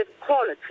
quality